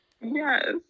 Yes